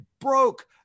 broke